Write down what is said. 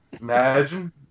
Imagine